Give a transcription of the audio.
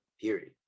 period